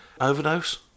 Overdose